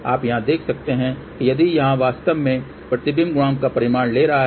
आप यहाँ देख सकते हैं कि यह यहाँ वास्तव में प्रतिबिंब गुणांक का परिमाण ले रहा है